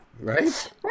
Right